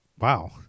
wow